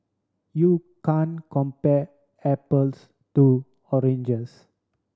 you can compare apples to oranges